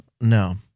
No